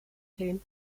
team